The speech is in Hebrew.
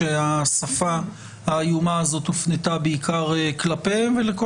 שהשפה האיומה הזאת הופנתה בעיקר כלפיהם ולכול